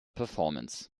performance